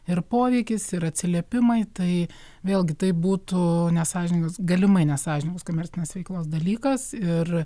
ir poveikis ir atsiliepimai tai vėlgi tai būtų nesąžiningos galimai nesąžiningos komercinės veiklos dalykas ir